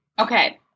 Okay